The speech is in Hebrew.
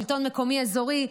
שלטון מקומי אזורי,